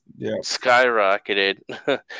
skyrocketed